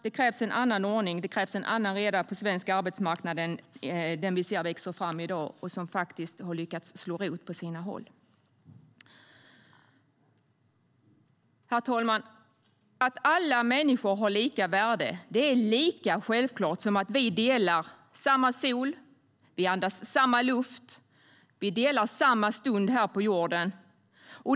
Det krävs en annan ordning och en annan reda på svensk arbetsmarknad än den som vi ser växa fram i dag och som faktiskt lyckats slå rot på sina håll. Herr talman! Att alla människor har lika värde är lika självklart som att vi lever under samma sol, andas samma luft och delar samma stund här på jorden.